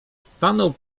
stanął